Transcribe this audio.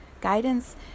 Guidance